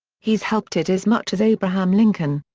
he's helped it as much as abraham lincoln.